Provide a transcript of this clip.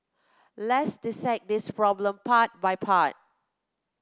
let's dissect this problem part by part